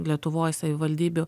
lietuvoj savivaldybių